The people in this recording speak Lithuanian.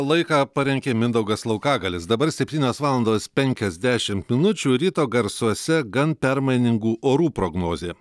laiką parengė mindaugas laukagalis dabar septynios valandos penkiasdešimt minučių ryto garsuose gan permainingų orų prognozė